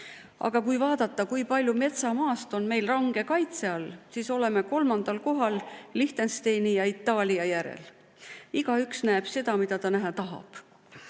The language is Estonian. Aga kui vaadata, kui palju metsamaast on meil range kaitse all, siis oleme kolmandal kohal Liechtensteini ja Itaalia järel. Igaüks näeb seda, mida ta näha